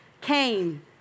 came